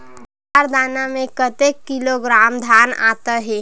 बार दाना में कतेक किलोग्राम धान आता हे?